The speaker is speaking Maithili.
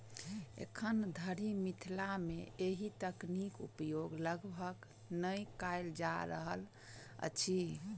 एखन धरि मिथिला मे एहि तकनीक उपयोग लगभग नै कयल जा रहल अछि